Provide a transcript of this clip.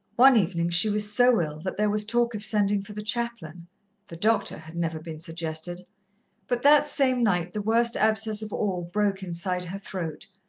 one evening she was so ill that there was talk of sending for the chaplain the doctor had never been suggested but that same night the worst abscess of all broke inside her throat,